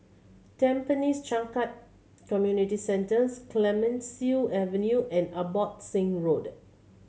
Tampines Changkat Community Centres Clemenceau Avenue and Abbotsingh Road